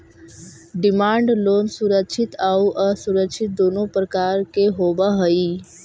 demand loan सुरक्षित आउ असुरक्षित दुनों प्रकार के होवऽ हइ